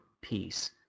peace